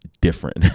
different